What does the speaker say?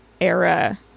era